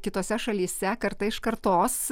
kitose šalyse karta iš kartos